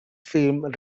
film